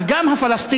אז גם הפלסטינים,